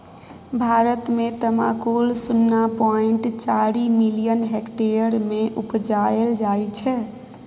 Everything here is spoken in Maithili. भारत मे तमाकुल शुन्ना पॉइंट चारि मिलियन हेक्टेयर मे उपजाएल जाइ छै